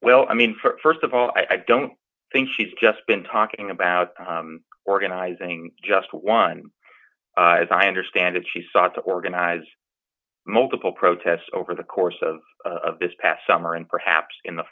well i mean for us of all i don't think she's just been talking about organizing just one as i understand it she sought to organize multiple protests over the course of this past summer and perhaps in the